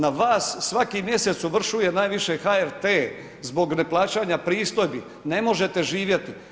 Na vas, svaki mjesec ovršuje najviše HRT zbog neplaćanja pristojbi, ne možete živjeti.